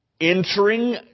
entering